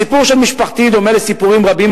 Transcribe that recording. הסיפור של משפחתי דומה לסיפורים רבים